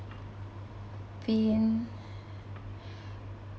been